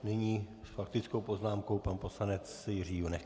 Nyní s faktickou poznámkou pan poslanec Jiří Junek.